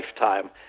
lifetime